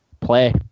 play